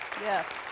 Yes